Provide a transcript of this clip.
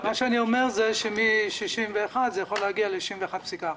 אני אומר שמ-61 זה יכול להגיע ל-61.4.